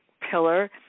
pillar